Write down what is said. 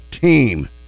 team